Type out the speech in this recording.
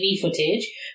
footage